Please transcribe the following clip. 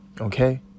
Okay